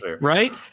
Right